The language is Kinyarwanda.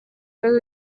bibazo